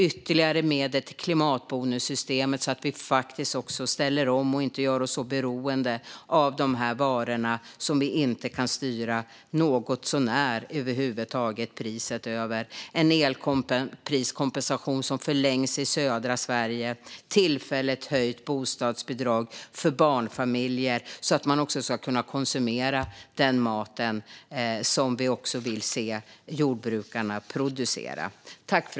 Ytterligare medel går till klimatbonussystemet så att vi faktiskt också ställer om och inte gör oss så beroende av de varor som vi över huvud taget inte kan styra priset på. Elpriskompensationen förlängs i södra Sverige. Det blir även ett tillfälligt höjt bostadsbidrag till barnfamiljer så att de ska kunna konsumera den mat som vi vill att jordbrukarna producerar.